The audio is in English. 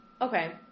okay